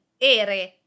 ERE